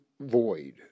void